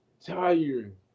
tired